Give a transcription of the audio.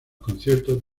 conciertos